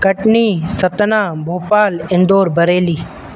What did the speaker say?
Katni Satna Bhopal Indore Bareilly